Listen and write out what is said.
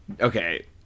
Okay